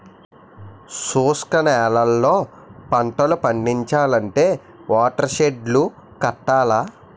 శుష్క నేలల్లో పంటలు పండించాలంటే వాటర్ షెడ్ లు కట్టాల